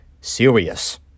serious